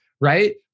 right